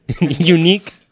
Unique